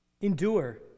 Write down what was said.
Endure